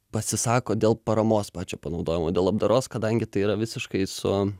pasisako dėl paramos pačio panaudojimo dėl labdaros kadangi tai yra visiškai su